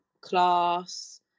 class